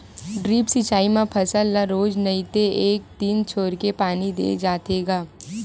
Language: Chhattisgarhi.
ड्रिप सिचई म फसल ल रोज नइ ते एक दिन छोरके पानी दे जाथे ग